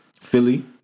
Philly